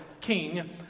king